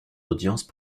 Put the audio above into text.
audience